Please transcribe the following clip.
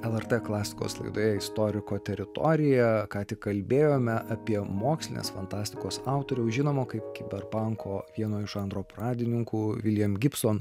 lrt klasikos laidoje istoriko teritorija ką tik kalbėjome apie mokslinės fantastikos autoriaus žinomo kaip kiberpanko vieno iš žanro pradininkų william gibson